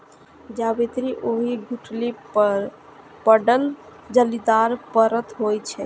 जावित्री ओहि गुठली पर पड़ल जालीदार परत होइ छै